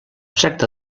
tracta